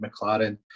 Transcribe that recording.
McLaren